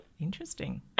Interesting